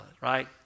right